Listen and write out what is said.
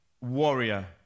warrior